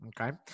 Okay